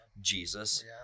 Jesus